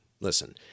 listen